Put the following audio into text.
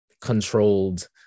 controlled